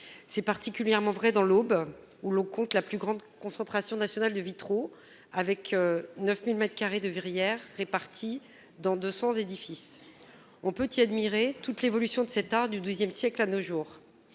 C'est particulièrement vrai dans l'Aube, où l'on compte la plus grande concentration nationale de vitraux, avec 9 000 mètres carrés de verrières répartis dans 200 édifices. On peut y admirer l'évolution de cet art, du XII siècle à nos jours.